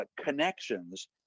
connections